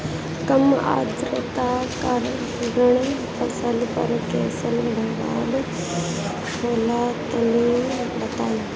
कम आद्रता के कारण फसल पर कैसन प्रभाव होला तनी बताई?